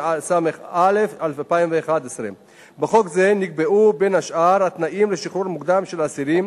התשס"א 2001. בחוק זה נקבעו בין השאר התנאים לשחרור מוקדם של אסירים,